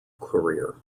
career